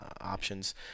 options